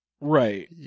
Right